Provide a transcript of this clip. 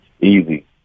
Easy